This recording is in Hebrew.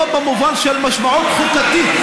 לא במובן של משמעות חוקתית.